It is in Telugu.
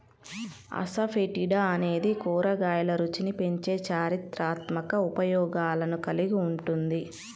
అసఫెటిడా అనేది కూరగాయల రుచిని పెంచే చారిత్రాత్మక ఉపయోగాలను కలిగి ఉంటుంది